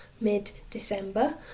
Mid-December